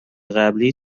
قبلی